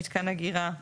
"מיתקן אגירה"